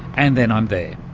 and then i'm there.